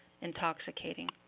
intoxicating